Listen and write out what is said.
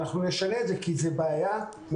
אנחנו נשנה את זה כי זו בעיה מאוד